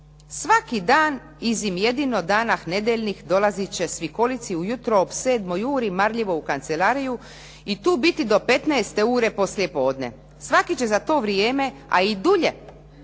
"Svaki dan izim jedino dana nedjeljnih dolaziti će svikolici ujutro u sedmoj uri marljivo u kancelariju i tu biti do 15 ure poslije podne. Svaki će za to vrijeme a i dulje